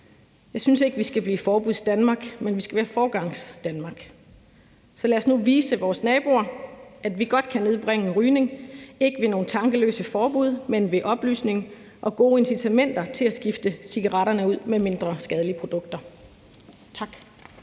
Jeg synes ikke, vi skal blive Forbudsdanmark, men at vi skal være Foregangsdanmark. Så lad os nu vise vores naboer, at vi godt kan nedbringe rygningen, ikke ved nogle tankeløse forbud, men ved oplysning og gode incitamenter til at skifte cigaretterne ud med mindre skadelige produkter. Tak.